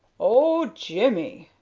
oh, jimmy!